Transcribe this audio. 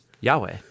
Yahweh